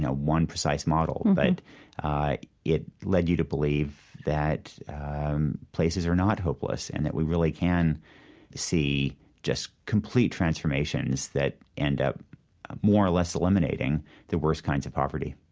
ah one precise model, but it led you to believe that places are not hopeless and that we really can see just complete transformations that end up more or less eliminating the worst kinds of poverty